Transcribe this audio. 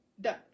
done